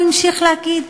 הוא המשיך להגיד,